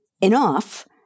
enough